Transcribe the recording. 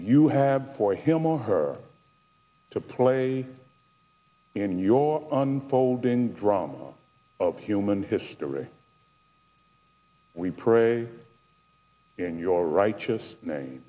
you have for him or her to play in your unfolding drama of human history we pray in your right to us m